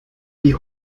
die